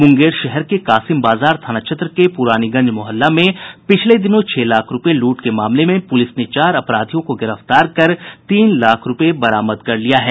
मुंगेर शहर के कासिम बाजार थाना क्षेत्र के पुरानीगंज मोहल्ला में पिछले दिनों छह लाख रुपये लूट के मामले में पुलिस ने चार अपराधियों को गिरफ्तार कर तीन लाख रुपये बरामद कर लिया है